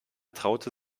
traute